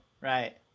Right